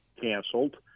canceled